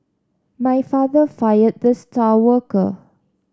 my father fired the star worker